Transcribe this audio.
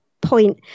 point